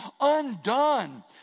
undone